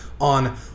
on